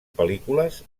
pel·lícules